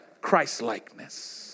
Christ-likeness